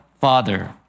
Father